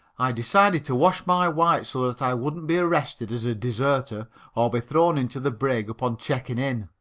i decided to wash my whites so that i wouldn't be arrested as a deserter or be thrown into the brig upon checking in.